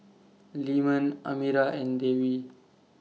Leman Amirah and Dewi